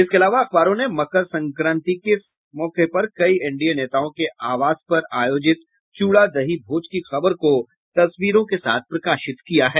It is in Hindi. इसके अलावा अखबारों ने मकर संक्रांति के मौके पर कई एनडीए नेताओं के आवास पर आयोजित चूड़ादही भोज की खबर को तस्वीरों के साथ प्रकाशित किया है